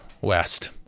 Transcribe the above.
West